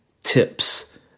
tips